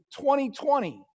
2020